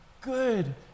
good